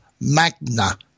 magna